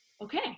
okay